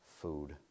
food